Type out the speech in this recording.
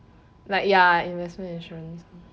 like ya investment insurance